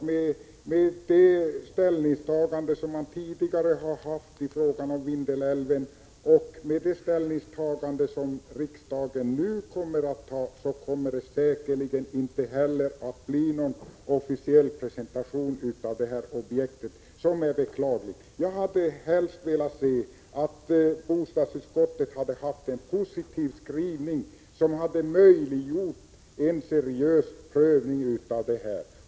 Med det ställningstagande som tidigare har gjorts i fråga om Vindelälven och det ställningstagande som riksdagen nu kommer att göra, blir det säkerligen inte heller nu någon officiell presentation av detta projekt, och det är beklagligt. Jag hade helst sett att bostadsutskottet hade gjort en positiv skrivning, som möjliggjorde en seriös prövning av förslaget.